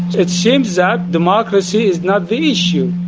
it seems that democracy is not the issue.